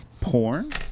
Porn